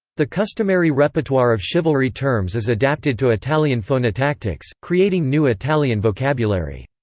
the customary repertoire of chivalry terms is adapted to italian phonotactics, creating new italian vocabulary.